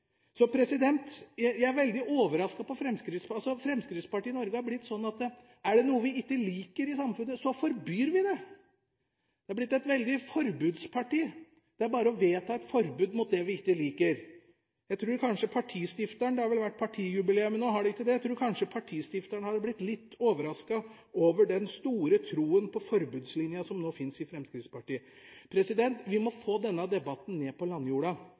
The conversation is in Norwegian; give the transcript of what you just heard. Så jeg er overrasket, for Fremskrittspartiet i Norge er blitt sånn at hvis det er noe vi ikke liker i samfunnet, forbyr vi det. Det er blitt et veldig forbudsparti – det er bare å vedta et forbud mot det vi ikke liker. Det har vel vært partijubileum nå – har det ikke det – og jeg trur kanskje partistifteren hadde blitt litt overrasket over den store trua på forbudslinja som nå finnes i Fremskrittspartiet. Vi må få denne debatten ned på landjorda.